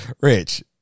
rich